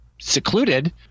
secluded